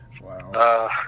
Wow